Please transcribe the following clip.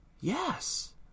Yes